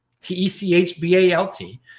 T-E-C-H-B-A-L-T